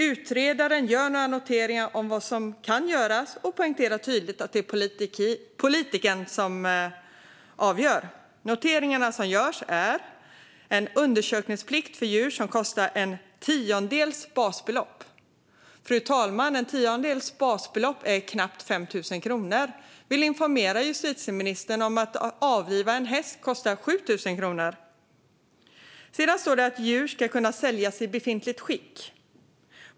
Utredaren gör några noteringar om vad som kan göras och poängterar tydligt att det är politiken som avgör. Det finns noteringar om en undersökningsplikt för djur som kostar en tiondels basbelopp. En tiondels basbelopp är knappt 5 000 kronor, fru talman. Jag vill informera justitieministern om att det kostar 7 000 kronor att avliva en häst. Sedan står det att djur ska kunna säljas i befintligt skick.